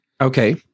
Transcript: Okay